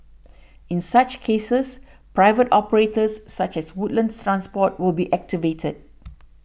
in such cases private operators such as Woodlands Transport will be activated